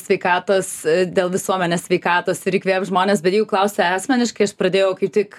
sveikatos dėl visuomenės sveikatos ir įkvėpt žmones bet jeigu klausi asmeniškai aš pradėjau tik